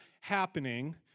happening